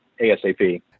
ASAP